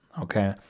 okay